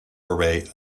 array